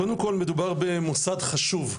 קודם כל מדובר במוסד חשוב,